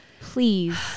Please